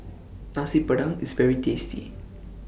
Nasi Padang IS very tasty